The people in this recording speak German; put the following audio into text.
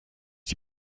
die